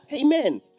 Amen